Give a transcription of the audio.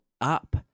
up